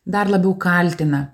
dar labiau kaltina